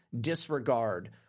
disregard